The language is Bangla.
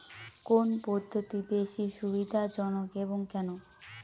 কোন পদ্ধতি বেশি সুবিধাজনক এবং কেন?